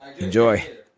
Enjoy